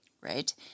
Right